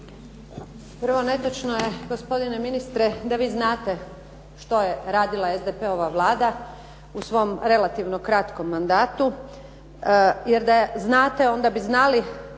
Prvo netočno je gospodine ministre da vi znate što je radila SDP-ova Vlada u svom relativno kratkom mandatu,